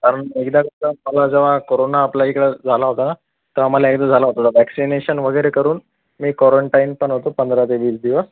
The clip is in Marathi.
कारण एकदा जेव्हा कोरोना जेव्हा कोरोना आपल्याइकडं झाला होता तेव्हा मला एकदा झाला होता तेव्हा वॅक्सीनेशन वगैरे करून मी कॉरंटाईन पण होतो पंधरा ते वीस दिवस